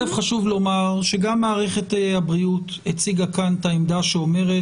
חשוב לומר שגם מערכת הבריאות הציגה כאן את העמדה שאומרת